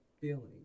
feeling